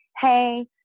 Hey